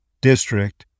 district